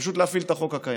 פשוט להפעיל את החוק הקיים.